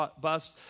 bust